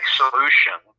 solution